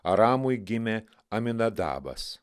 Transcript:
aramui gimė aminadabas